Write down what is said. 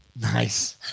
Nice